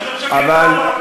אתם משגעים את העולם כבר.